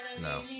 No